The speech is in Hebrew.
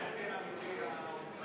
לוועדת הפנים והגנת הסביבה נתקבלה.